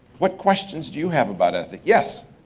what questions do you have about ethic? yes.